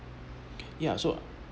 ya so